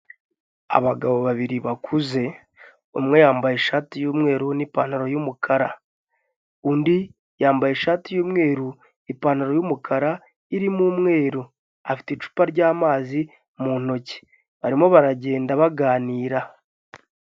Abagabo babiri bakuze umwe yambaye ishati y'umweru n'ipantaro y'umukara, undi yambaye ishati y'umweru ipantaro y'umukara irimo umweru, afite icupa ry'amazi mu ntoki barimo baragenda baganira.